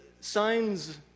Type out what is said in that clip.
signs